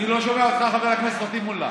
אני לא שומע אותך, חבר הכנסת פטין מולא.